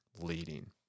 leading